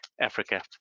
Africa